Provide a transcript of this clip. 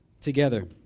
together